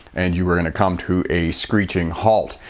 and you were going to come to a screeching halt.